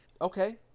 Okay